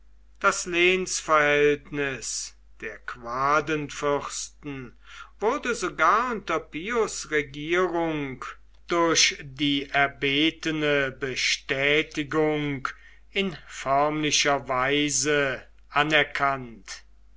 das lehnsverhältnis der quadenfürsten wurde sogar unter pius regierung durch die erbetene bestätigung in förmlicher weise anerkannt